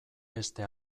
beste